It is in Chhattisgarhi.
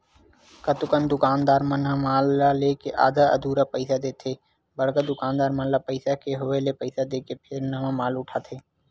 कतकोन दुकानदार मन ह माल ल लेके आधा अधूरा पइसा देथे बड़का दुकानदार मन ल पइसा के होय ले पइसा देके फेर नवा माल उठाथे